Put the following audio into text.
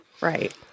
Right